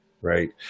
right